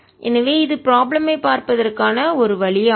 எனவே இது ப்ராப்ளம் ஐ பார்ப்பதற்கான ஒரு வழியாகும்